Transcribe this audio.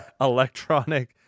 electronic